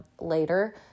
later